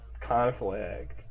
conflict